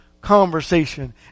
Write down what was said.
conversation